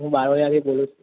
હું બાર વાગ્યાની